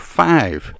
five